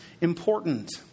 important